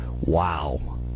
Wow